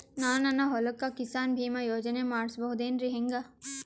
ನಾನು ನನ್ನ ಹೊಲಕ್ಕ ಕಿಸಾನ್ ಬೀಮಾ ಯೋಜನೆ ಮಾಡಸ ಬಹುದೇನರಿ ಹೆಂಗ?